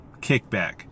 kickback